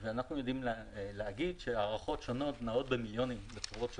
ואנחנו יודעים להגיד שהערכות שונות נעות במיליונים בצורות שונות,